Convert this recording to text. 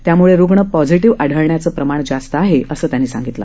त्याम्ळे रुग्ण पॉझिटिव्ह आढळण्याचं प्रमाण जास्त आहे असं त्यांनी सांगितलं